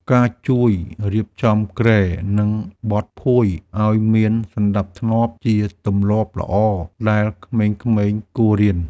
ការជួយរៀបចំគ្រែ និងបត់ភួយឱ្យមានសណ្តាប់ធ្នាប់ ជាទម្លាប់ល្អដែលក្មេងៗគួររៀន។